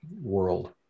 world